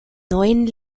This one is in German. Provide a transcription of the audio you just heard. neuen